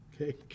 okay